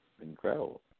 incredible